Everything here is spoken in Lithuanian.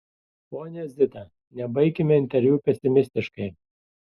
ponia zita nebaikime interviu pesimistiškai